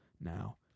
now